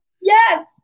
Yes